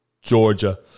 Georgia